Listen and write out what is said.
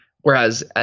Whereas